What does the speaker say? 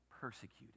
persecuted